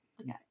Okay